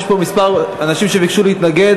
יש פה כמה אנשים שביקשו להתנגד,